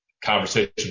Conversation